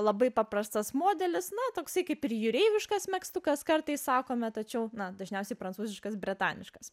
labai paprastas modelis na toksai kaip ir jūreiviškas megztukas kartais sakome tačiau dažniausiai prancūziškas bretaniškas